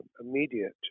immediate